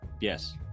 yes